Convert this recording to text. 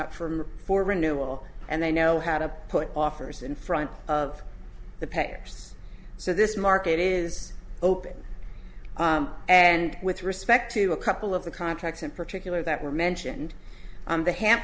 up from for renewal and they know how to put offers in front of the payers so this market is open and with respect to a couple of the contracts in particular that were mentioned on the ha